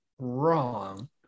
wrong